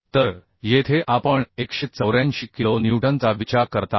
तर येथे आपण 184 किलो न्यूटनचा विचार करत आहोत